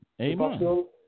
Amen